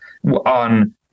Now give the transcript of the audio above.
On